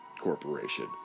Corporation